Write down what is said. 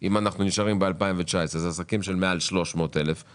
אם נישאר ב-2019 הם עסקים של מעל 300,000 שקל